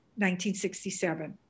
1967